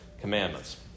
commandments